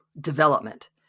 development